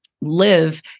live